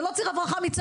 לא מדובר בציר הברחה,